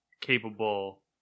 capable